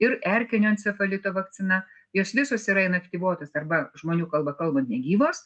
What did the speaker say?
ir erkinio encefalito vakcina jos visos yra inaktyvuotos arba žmonių kalba kalbant negyvos